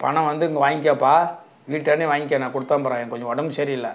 பணம் வந்து இங்கே வாங்கிக்கோப்பா வீட்டாண்டேயே வாங்கிக்க நான் கொடுத்து அனுப்புகிறேன் எனக்கு கொஞ்சம் உடம்பு சரியில்லை